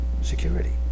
security